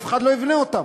אף אחד לא יבנה אותן.